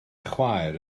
chwaer